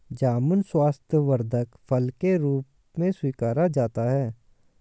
जामुन स्वास्थ्यवर्धक फल के रूप में स्वीकारा जाता है